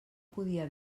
podia